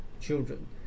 children